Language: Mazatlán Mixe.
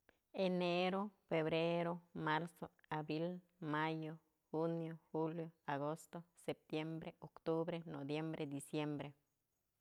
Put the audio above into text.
Enero, febrero, marzo, abril, mayo, junio, julio, agosto, septiembre, octubre, noviembre, diciembre.